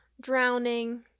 drowning